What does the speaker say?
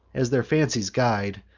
as their fancies guide,